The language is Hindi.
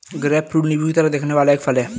ग्रेपफ्रूट नींबू की तरह दिखने वाला एक फल है